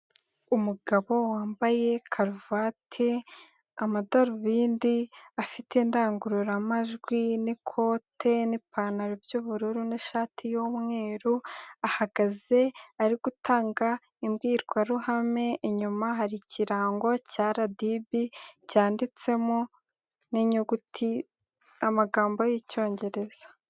Umugabo wambaye karuvati, amadarubindi, afite indangururamajwi n'ikote n'ipantaro by'ubururu n'ishati y'umweru, ahagaze ari gutanga imbwirwaruhame, inyuma hari ikirango cya RDB cyanditsemo n'inyuguti amagambo y'Icyongereza.